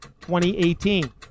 2018